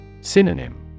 Synonym